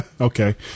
Okay